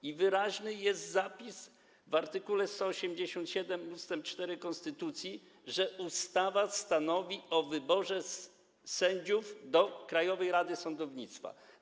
Jest wyraźny zapis w art. 187 ust. 4 konstytucji, że ustawa stanowi o wyborze sędziów do Krajowej Rady Sądownictwa.